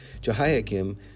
Jehoiakim